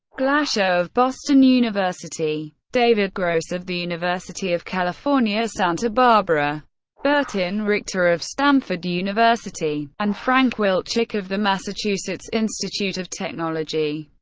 glashow of boston university david gross of the university of california, santa barbara burton richter of stanford university and frank wilczek of the massachusetts institute of technology.